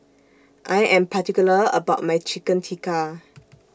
I Am particular about My Chicken Tikka